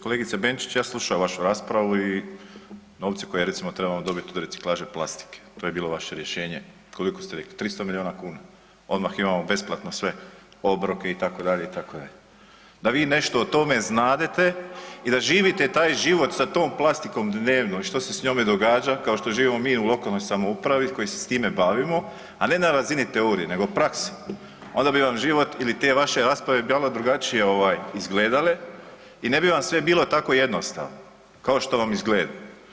Kolegice Benčić ja slušam vašu raspravu i novci koje recimo trebamo dobiti od reciklaže plastike to je bilo vaše rješenje, koliko ste rekli, 300 miliona kuna, odmah imamo besplatno sve obroke itd., itd., da vi nešto o tome znadete i da živite taj život sa tom plastikom dnevno i što se s njome događa kao što živimo mi u lokalnoj samoupravi koji se s time bavimo, a ne na razini teorije, nego prakse, onda bi vam život ili te vaše rasprave malo drugačije ovaj izgledale i ne bi vam sve bilo tako jednostavno kao što vam izgleda.